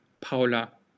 Paula